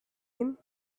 him